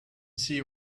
see